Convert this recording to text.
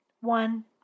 one